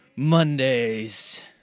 Mondays